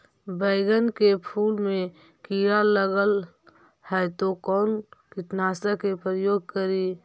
बैगन के फुल मे कीड़ा लगल है तो कौन कीटनाशक के प्रयोग करि?